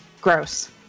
gross